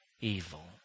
evil